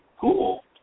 cool